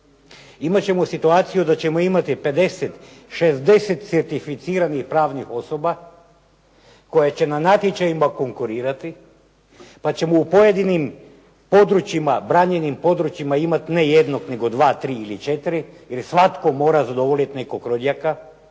Imat ćemo situaciju da ćemo imati 50, 60 certificiranih pravnih osoba koje će na natječajima konkurirati, pa ćemo u pojedinim područjima, branjenim područjima imati ne jednog, nego dva, tri ili četiri jer svatko mora zadovoljiti nekog rođaka,